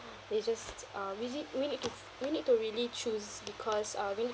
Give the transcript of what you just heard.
they just uh is it we need to we need to really choose because uh we need